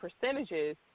percentages